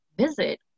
Visit